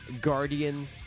guardian